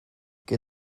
que